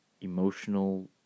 emotional